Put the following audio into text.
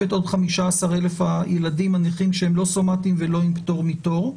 עוד 15,000 ילדים נכים שהם לא סומטים ולא עם פטור מתור,